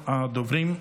ראשונת הדוברים,